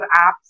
apps